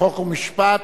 חוק ומשפט.